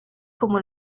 como